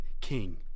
King